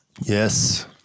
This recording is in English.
yes